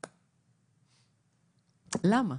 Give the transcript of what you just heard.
למה?